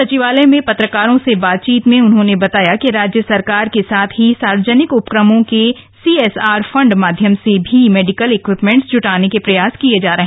सचिवालय में पत्रकारों से बातचीत में उन्होने बताया कि राज्य सरकार के साथ ही सार्वजनिक उपक्रमो के सीएसआर फंड माध्यम से भी मेडिकल इक्विपमेंट्स जूटाने के प्रयास किये जा रहे हैं